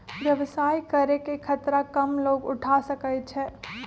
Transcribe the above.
व्यवसाय करे के खतरा कम लोग उठा सकै छै